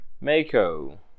Mako